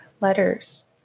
letters